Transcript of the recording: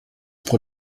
pro